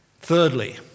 Thirdly